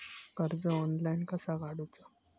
कर्ज ऑनलाइन कसा काडूचा?